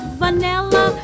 vanilla